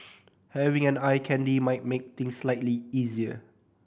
having an eye candy might make things slightly easier